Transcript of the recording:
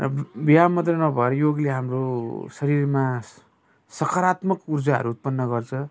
अब व्यायाम मात्र नभर योगले हाम्रो शरीरमा सकारात्मक ऊर्जाहरू उत्पन्न गर्छ